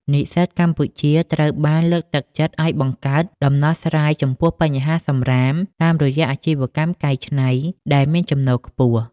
និស្សិតកម្ពុជាត្រូវបានលើកទឹកចិត្តឱ្យបង្កើត "ដំណោះស្រាយចំពោះបញ្ហាសំរាម" តាមរយៈអាជីវកម្មកែច្នៃដែលមានចំណូលខ្ពស់។